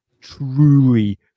truly